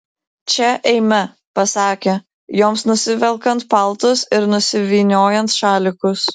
čia eime pasakė joms nusivelkant paltus ir nusivyniojant šalikus